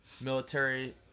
military